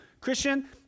Christian